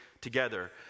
together